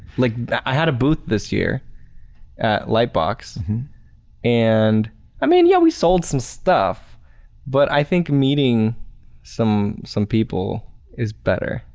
like i had a booth this year at lightbox and i mean yeah, we sold some stuff but i think meeting some some people is better,